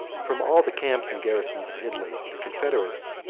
from all the camps and garrisons of italy, the confederates,